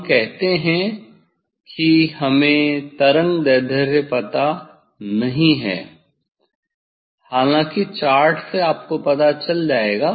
हम कहते हैं कि हमें तरंगदैर्ध्य पता नहीं हैं हालांकि चार्ट से आपको पता चल जाएगा